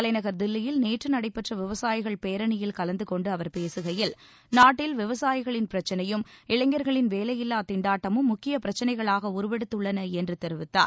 தலைநகர் தில்லியில் நேற்று நடைபெற்ற விவசாயிகள் பேரணியில் கலந்து கொண்டு அவர் நாட்டில் விவசாயிகளின் பிரச்சினையும் இளைஞர்களின் வேலையில்லா பேசுகையில் திண்டாட்டமும் முக்கியப் பிரச்சினைகளாக உருவெடுத்துள்ளன என்று தெரிவித்தார்